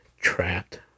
trapped